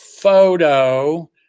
Photo